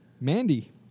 Mandy